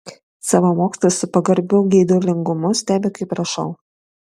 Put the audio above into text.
savamokslis su pagarbiu geidulingumu stebi kaip rašau